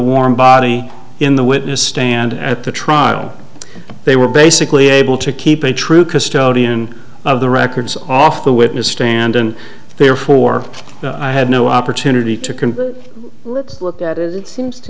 warm body in the witness stand at the trial they were basically able to keep a true custodian of the records off the witness stand and therefore i had no opportunity to